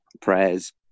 prayers